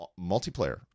multiplayer